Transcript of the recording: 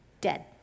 dead